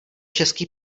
český